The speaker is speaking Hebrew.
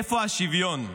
איפה השוויון?